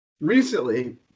recently